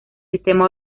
sistema